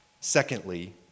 Secondly